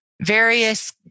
various